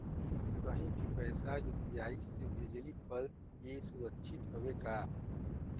कहि भी पैसा यू.पी.आई से भेजली पर ए सुरक्षित हवे का?